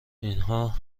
اینها